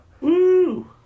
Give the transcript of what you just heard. Woo